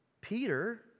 Peter